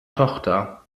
tochter